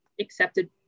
accepted